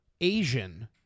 Asian